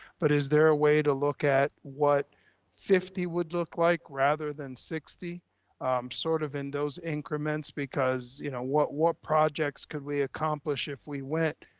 but is there a way to look at what fifty would look like rather than sixty sort of in those increments because you know, what what projects could we accomplish if we went,